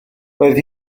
roedd